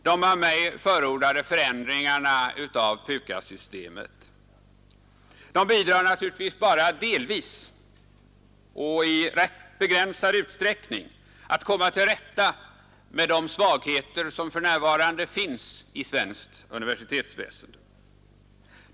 De av mig förordade förändringarna av PUKAS-systemet bidrar naturligtvis bara delvis och i rätt begränsad utsträckning till att komma till rätta med de svagheter som för närvarande finns i svenskt universitetsväsende.